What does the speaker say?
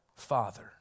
Father